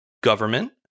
government